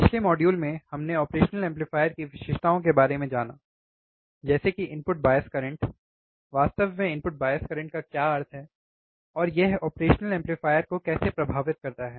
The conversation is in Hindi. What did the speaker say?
पिछले मॉड्यूल में हमने ऑपरेशनल एम्पलीफायर की विशेषताओं के बारे में जाना जैसे कि इनपुट बायस करंट वास्तव में इनपुट बायस करंट का क्या अर्थ है और यह ऑपरेशनल एम्पलीफायर को कैसे प्रभावित करता है